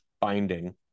binding